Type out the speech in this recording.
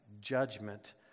judgment